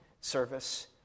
service